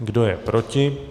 Kdo je proti?